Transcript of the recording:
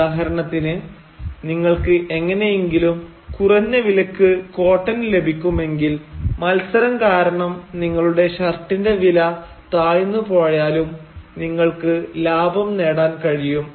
ഉദാഹരണത്തിന് നിങ്ങൾക്ക് എങ്ങനെയെങ്കിലും കുറഞ്ഞ വിലയ്ക്ക് കോട്ടൺ ലഭിക്കുമെങ്കിൽ മത്സരം കാരണം നിങ്ങളുടെ ഷർട്ടിന്റെ വില താഴ്ന്നു പോയാലും നിങ്ങൾക്ക് ലാഭം നേടാൻ കഴിയും